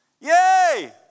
Yay